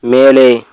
மேலே